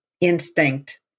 instinct